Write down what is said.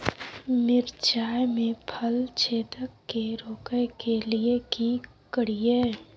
मिर्चाय मे फल छेदक के रोकय के लिये की करियै?